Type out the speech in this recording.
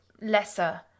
lesser